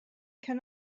can